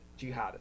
jihadists